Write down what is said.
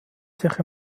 sich